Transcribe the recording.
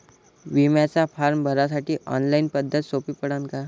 बिम्याचा फारम भरासाठी ऑनलाईन पद्धत सोपी पडन का?